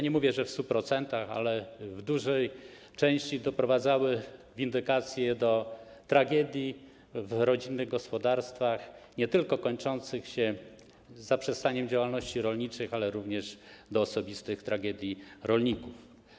Nie mówię, że w 100%, ale w części windykacje doprowadzały do tragedii w rodzinnych gospodarstwach, nie tylko kończących się zaprzestaniem działalności rolniczych, ale również do osobistych tragedii rolników.